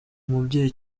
umubwiye